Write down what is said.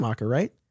right